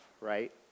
right